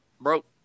broke